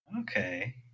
Okay